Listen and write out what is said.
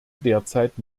derzeit